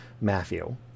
Matthew